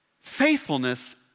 faithfulness